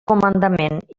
comandament